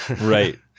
Right